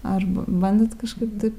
ar b bandėt kažkaip taip